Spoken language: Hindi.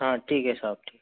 हाँ ठीक है साहब ठीक है